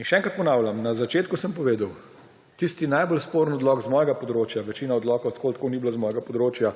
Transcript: In še enkrat ponavljam, na začetku sem povedal, tisti najbolj sporen odlok z mojega področja, večina odlokov tako ali tako ni bila z mojega področja,